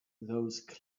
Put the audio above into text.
those